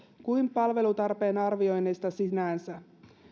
kuin palvelutarpeen arvioinneista sinänsä